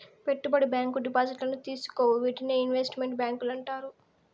పెట్టుబడి బ్యాంకు డిపాజిట్లను తీసుకోవు వీటినే ఇన్వెస్ట్ మెంట్ బ్యాంకులు అంటారు